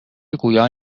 گویان